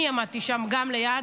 אני עמדתי שם גם ליד,